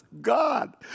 God